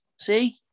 see